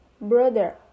brother